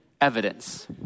evidence